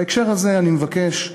בהקשר הזה אני מבקש,